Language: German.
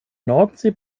nordsee